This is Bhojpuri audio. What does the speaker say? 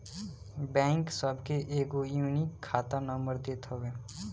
बैंक सबके एगो यूनिक खाता नंबर देत हवे